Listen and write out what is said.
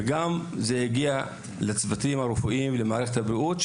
וגם זה הגיע לצוותים הרפואיים ולמערכת הבריאות.